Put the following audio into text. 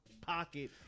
pocket